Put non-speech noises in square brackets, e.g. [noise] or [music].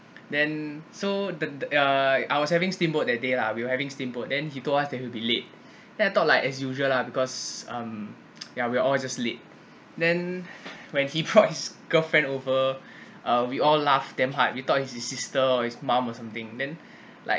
[breath] then so the the err I was having steamboat that day lah we were having steamboat then he told us he would be late [breath] then I thought like as usual lah because um [noise] ya we all just late then when he brought [laughs] his girlfriend over [breath] uh we all laughed damn hard we thought is his sister or his mom or something then [breath] like